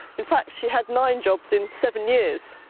in fact, she had nine jobs in seven years.